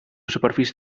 superfície